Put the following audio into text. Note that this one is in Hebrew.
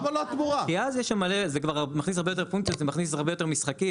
מביאה למצב של 30 קיבוצים האלה